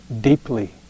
deeply